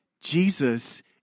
Jesus